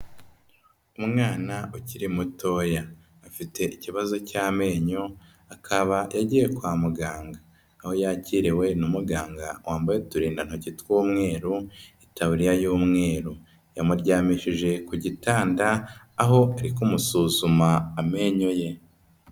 Umwana ukiri mutoya afite ikibazo cy'amenyo, akaba yagiye kwa muganga, aho yakiriwe na muganga wambaye uturindantoki tw'umweru, itabariya y'umweru, yamuryamishije ku gitanda aho ari kumusuzuma amenyo ye.